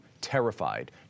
terrified